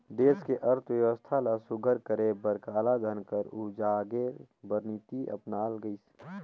देस के अर्थबेवस्था ल सुग्घर करे बर कालाधन कर उजागेर बर नीति अपनाल गइस